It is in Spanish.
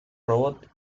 robot